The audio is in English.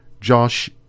Josh